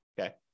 Okay